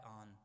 on